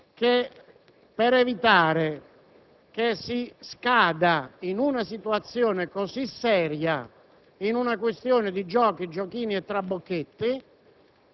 che, per evitare che, in una situazione così seria, si scada in una questione di giochi, giochini e trabocchetti,